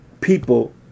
people